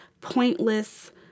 pointless